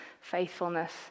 faithfulness